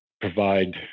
provide